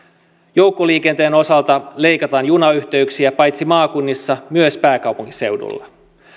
joukkoliikenteen osalta leikataan junayhteyksiä paitsi maakunnissa myös pääkaupunkiseudulla